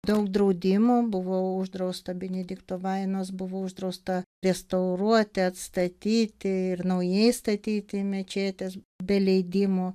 daug draudimų buvo uždrausta benedikto vainos buvo uždrausta restauruoti atstatyti ir naujai statyti mečetės be leidimų